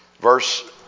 verse